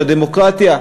הוא שדמוקרטיה,